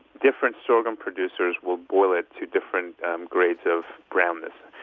different sorghum producers will boil it to different grades of groundness,